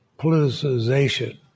politicization